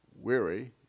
weary